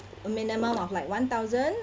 a minimum of like one thousand